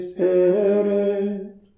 Spirit